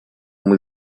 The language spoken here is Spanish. muy